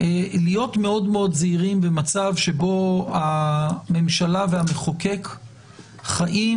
להיות מאוד-מאוד זהירים במצב שבו הממשלה והמחוקק חיים